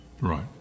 Right